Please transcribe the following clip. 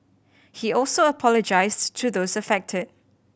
he also apologised to those affected